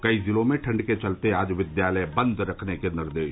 कई जिलों में ठण्ड के चलते आज विद्यालय बंद रखने के निर्देश